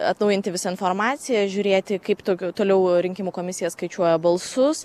atnaujinti visą informaciją žiūrėti kaip tok toliau rinkimų komisija skaičiuoja balsus